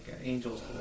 angels